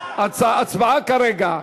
ההצבעה כרגע.